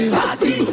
party